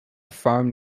farm